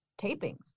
tapings